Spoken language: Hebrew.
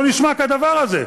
לא נשמע כדבר הזה.